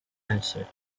answered